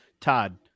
Todd